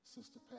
Sister